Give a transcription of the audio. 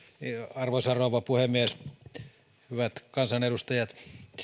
arvoisa rouva puhemies hyvät kansanedustajat